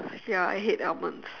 ya I hate almonds